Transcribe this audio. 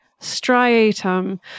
striatum